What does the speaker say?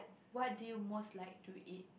what do you most like to eat